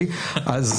אז